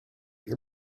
your